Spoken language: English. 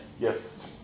Yes